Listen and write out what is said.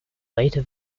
later